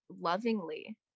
lovingly